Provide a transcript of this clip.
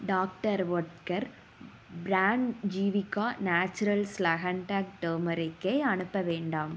doctor Oetker brand Jivika naturals லஹன்டேக் டெமெரிக்கை அனுப்ப வேண்டாம்